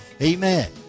Amen